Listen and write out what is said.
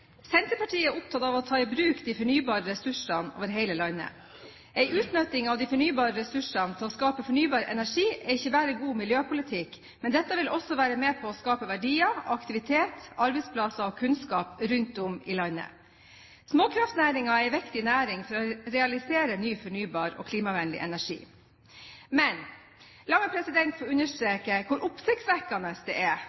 Senterpartiet er opptatt av å ta i bruk de fornybare ressursene over hele landet. En utnyttelse av de fornybare ressursene til å skape fornybar energi er ikke bare god miljøpolitikk, det vil også være med på å skape verdier, aktivitet, arbeidsplasser og kunnskap rundt om i landet. Småkraftnæringen er en viktig næring for å realisere ny fornybar og klimavennlig energi. Men la meg få